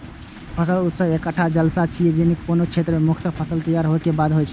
फसल उत्सव एकटा जलसा छियै, जे कोनो क्षेत्रक मुख्य फसल तैयार होय के बाद होइ छै